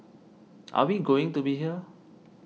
are we going to be here